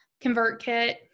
ConvertKit